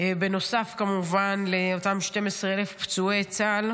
נוסף כמובן לאותם 12,000 פצועי צה"ל.